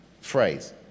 phrase